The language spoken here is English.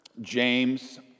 James